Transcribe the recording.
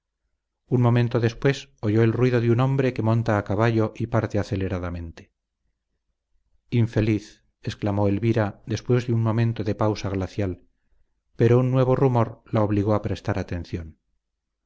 un momento después oyó el ruido de un hombre que monta a caballo y parte aceleradamente infeliz exclamó elvira después de un momento de pausa glacial pero un nuevo rumor la obligó a prestar atención